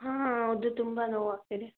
ಹಾಂ ಹೌದು ತುಂಬ ನೋವಾಗ್ತಿದೆ